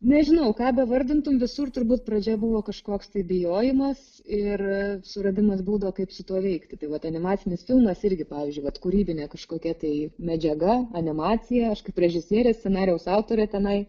nežinau ką bevardintum visur turbūt pradžia buvo kažkoks tai bijojimas ir suradimas būdo kaip su tuo veikti tai vat animacinis filmas irgi pavyzdžiui vat kūrybinė kažkokia tai medžiaga animacija aš kaip režisierė scenarijaus autorė tenai